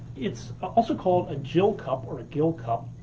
it's also called a jill cup or a gill cup.